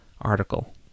article